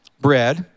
bread